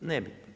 Ne bi.